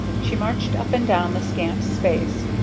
she marched up and down the scant space,